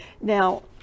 Now